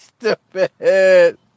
stupid